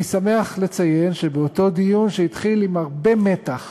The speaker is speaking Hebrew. אני שמח לציין שבאותו דיון, שהתחיל עם הרבה מתח